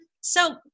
So-